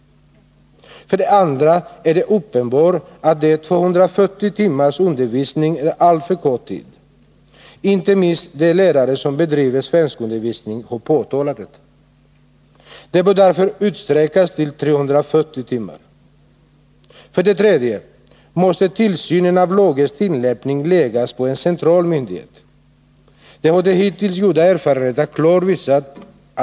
För det andra är det uppenbart att de 240 timmarnas undervisning är alltför kort tid. Inte minst de lärare som bedriver svenskundervisningen har påtalat detta. Den bör därför utsträckas till 340 timmar. För det tredje måste tillsynen av lagens tillämpning läggas på en central myndighet — det har de hittills gjorda erfarenheterna klart visat.